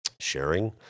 sharing